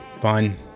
Fine